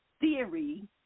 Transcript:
theory